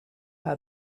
how